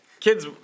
kids